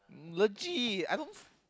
legit I don't